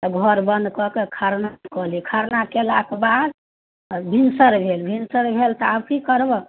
तऽ घर बन्द करिकऽ खरना कएली खरना कएलाके बाद भिनसर भेल भिनसर भेल तऽ आब कि करबऽ